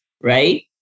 right